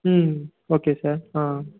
ம் okay sir ஆ